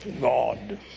God